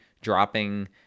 dropping